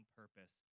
purpose